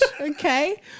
okay